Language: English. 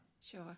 Sure